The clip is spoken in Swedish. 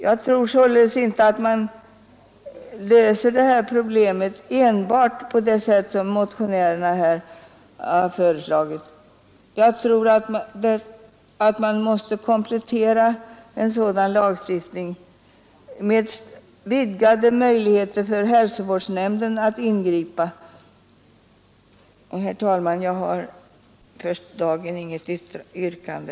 Jag tror inte att man löser detta problem enbart på det sätt som motionärerna här har föreslagit. Man måste säkert komplettera en sådan lagstiftning med vidgade möjligheter för hälsovårdsnämnden att ingripa. Herr talman! Jag har för dagen inget yrkande.